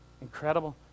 Incredible